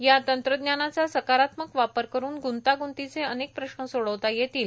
या तंत्रज्ञानाचा सकारात्मक वापर करुन गूंताग्तीचे अनेक प्रश्न सोडवता येतील